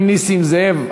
אם נסים זאב,